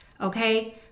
okay